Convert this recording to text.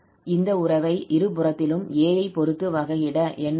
இந்த உறவை இரு புறத்திலும் a ஐ பொறுத்து வகையிட என்ன நடக்கும்